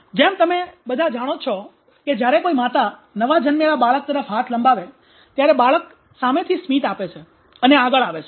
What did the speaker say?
જેમ તમે બધા જાણો જ છો કે જ્યારે કોઈ માતા નવા જન્મેલા બાળક તરફ હાથ લંબાવે ત્યારે બાળક સામેથી સ્મિત આપે છે અને આગળ આવે છે